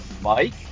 Mike